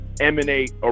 emanate